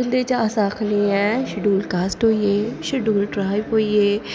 जिंदे च अस आक्खने ऐ की शेड्यूल कॉस्ट होई गे शेड्यूल ट्राईव होई गे